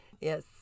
Yes